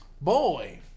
Boy